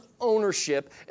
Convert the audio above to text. ownership